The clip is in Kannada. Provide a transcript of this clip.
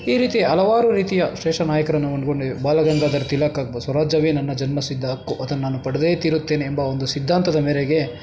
ಈ ರೀತಿ ಹಲವಾರು ರೀತಿಯ ಶ್ರೇಷ್ಠ ನಾಯಕರನ್ನು ಒಳ್ಗೊಂಡಿದೆ ಬಾಲಗಂಗಾಧಾರ್ ತಿಲಕ್ ಆಗ್ಬೋದು ಸ್ವರಾಜ್ಯವೇ ನನ್ನ ಜನ್ಮಸಿದ್ಧ ಹಕ್ಕು ಅದನ್ನು ನಾನು ಪಡೆದೇ ತೀರುತ್ತೇನೆ ಎಂಬ ಒಂದು ಸಿದ್ಧಾಂತದ ಮೇರೆಗೆ